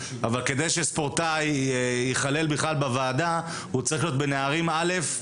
אבל כדי שספורטאי ייכלל בוועדה הוא צריך להיות בנבחרת.